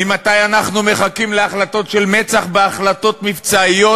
ממתי אנחנו מחכים להחלטות של מצ"ח בהחלטות מבצעיות,